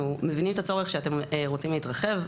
אנחנו מבינים את הצורך שאתם רוצים להתרחב.